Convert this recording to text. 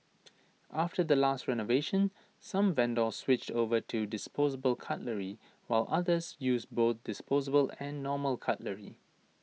after the last renovation some vendors switched over to disposable cutlery while others use both disposable and normal cutlery